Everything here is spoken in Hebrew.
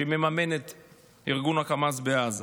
שמממנת את ארגון החמאס בעזה.